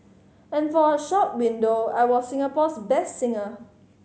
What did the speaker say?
and for a short window I was Singapore's best singer